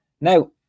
Now